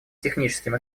техническим